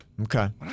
Okay